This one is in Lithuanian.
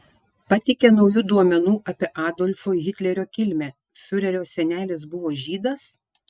pateikė naujų duomenų apie adolfo hitlerio kilmę fiurerio senelis buvo žydas